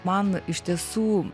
man iš tiesų